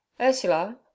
Ursula